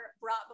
brought